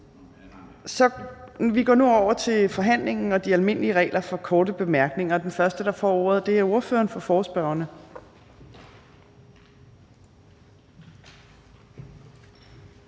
Vi går nu over til forhandlingen og de almindelige regler for korte bemærkninger, og den første, der får ordet, er ordføreren for forespørgerne.